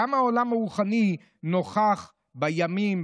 כמה העולם הרוחני נוכח בימים,